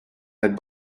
had